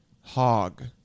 Hog